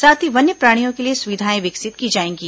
साथ ही वन्यप्राणियों के लिए सुविधाएं विकसित की जाएंगी